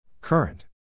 Current